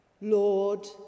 Lord